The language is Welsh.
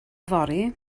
yfory